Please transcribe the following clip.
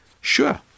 Sure